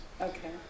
Okay